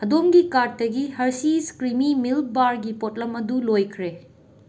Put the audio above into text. ꯑꯗꯣꯝꯒꯤ ꯀꯥꯔꯠꯇꯒꯤ Hershey's creamy milk ꯕꯥꯔꯒꯤ ꯄꯣꯠꯂꯝ ꯑꯗꯨ ꯂꯣꯏꯈ꯭ꯔꯦ